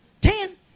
Ten